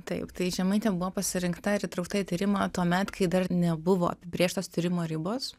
taip tai žemaitė buvo pasirinkta ir įtraukta į tyrimą tuomet kai dar nebuvo apibrėžtos tyrimo ribos